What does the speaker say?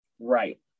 right